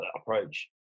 approach